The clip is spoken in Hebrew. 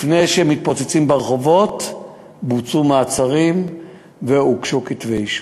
לפני שהם מתפוצצים ברחובות בוצעו מעצרים והוגשו כתבי-אישום.